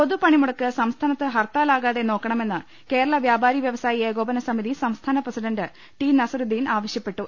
പൊതുപണിമുടക്ക് സംസ്ഥാനത്ത് ഹർത്താലാ കാതെ നോക്കണമെന്ന് കേരള വ്യാപാരി വ്യവസായി ഏകോപനസ്മിതി സംസ്ഥാന പ്രസിഡണ്ട് ടി നസറുദ്ദീൻ ആവശ്യപ്പെട്ടു